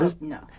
no